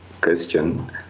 question